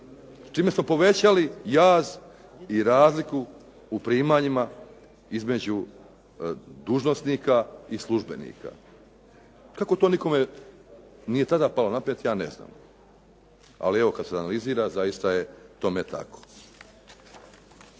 čime smo povećali jaz i razliku u primanjima između dužnosnika i službenika. Kako to nikome nije tada palo na pamet ja ne znam, ali evo kad se analizira zaista je tome tako.